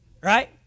Right